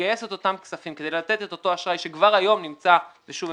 לגייס את אותם כספים כדי לתת את אותו אשראי שכבר היום נמצא ושוב,